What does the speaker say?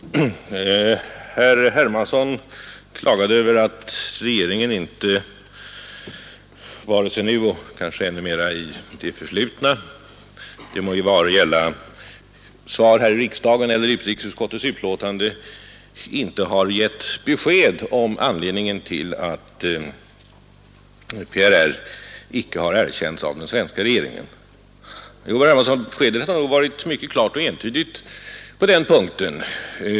Herr talman! Herr Hermansson klagade över att regeringspartiet inte nu — och kanske ännu mindre i det förflutna — vare sig genom svar här i riksdagen eller i utrikesutskottets betänkanden har gett besked om anledningen till att PRR inte erkänts av den svenska regeringen. Jo, herr Hermansson, beskedet har nog varit mycket klart och entydigt på den punkten.